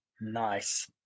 Nice